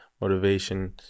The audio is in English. motivation